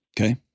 Okay